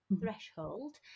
threshold